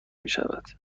میشود